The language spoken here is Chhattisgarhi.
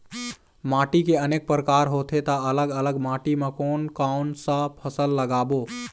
माटी के अनेक प्रकार होथे ता अलग अलग माटी मा कोन कौन सा फसल लगाबो?